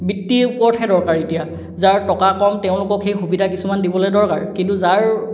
বিত্তি ওপৰত হে দৰকাৰ এতিয়া যাৰ টকা কম তেওঁলোকক সেই সুবিধা কিছুমান দিবলৈ দৰকাৰ কিন্তু যাৰ